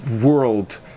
world